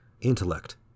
intellect